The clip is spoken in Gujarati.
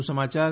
વધુ સમાચાર